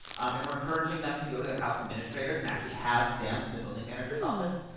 um and we're encouraging them to go to their house administrators and actually have stamps in the building manager's office.